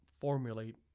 formulate